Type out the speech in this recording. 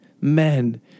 men